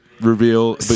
reveal